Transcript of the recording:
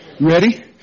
Ready